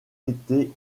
été